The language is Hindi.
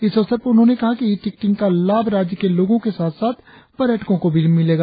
इस अवसर पर उन्होंने कहा कि ई टिकटिंग का लाभ राज्य के लोंगो के साथ साथ पर्यटको को भी मिलेगा